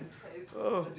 oh